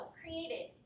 created